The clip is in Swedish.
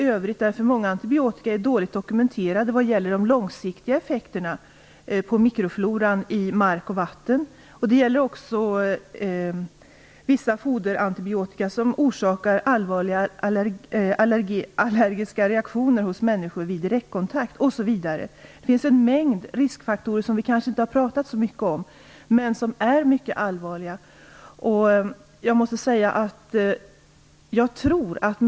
Många antibiotikas miljöpåverkan är dåligt dokumenterad vad gäller de långsiktiga effekterna på mikrofloran i mark och vatten. Det gäller också vissa foderantibiotika som förorsakar allvarliga allergiska reaktioner hos människor vid direktkontakt osv. Det finns en mängd riskfaktorer som vi kanske inte har talat så mycket om men som är mycket allvarliga.